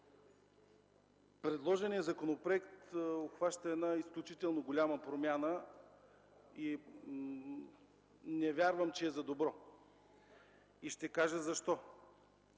Предложеният законопроект касае изключително голяма промяна – не вярвам, че е за добро. И ще кажа защо.